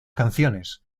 canciones